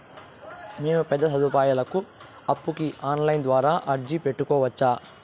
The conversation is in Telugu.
మేము పెద్ద సదువులకు అప్పుకి ఆన్లైన్ ద్వారా అర్జీ పెట్టుకోవచ్చా?